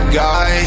guy